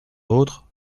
autre